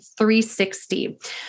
360